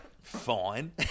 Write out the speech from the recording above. fine